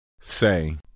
Say